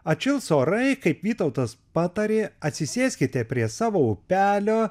atšils orai kaip vytautas patarė atsisėskite prie savo upelio